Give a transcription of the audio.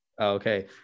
Okay